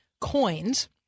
coins